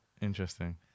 Interesting